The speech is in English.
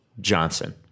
Johnson